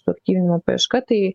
suaktyvinimo paieška tai